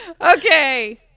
okay